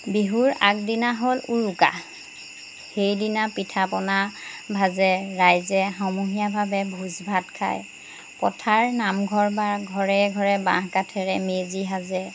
বিহুৰ আগদিনা হ'ল উৰুকা সেইদিনা পিঠা পনা ভাজে ৰাইজে সমূহীয়াভাৱে ভোজ ভাত খায় পথাৰ নামঘৰ বা ঘৰে ঘৰে বাঁহ কাঠেৰে মেজি সাজে